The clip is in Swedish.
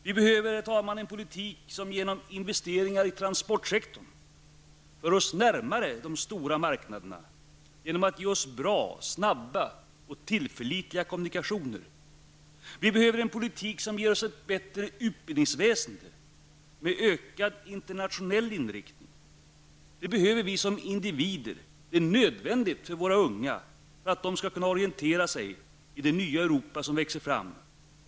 Vi behöver, herr talman, en politik som genom investeringar i transportsektorn för oss närmare de stora marknaderna genom att vi får bra, snabba och tillförlitliga kommunikationer. Vi behöver en politik som ger oss ett bättre utbildningsväsende som är mer internationellt inriktat. Det behöver vi som individer. Det är nödvändigt för våra unga för att de skall kunna orientera sig i det nya Europa som växer fram.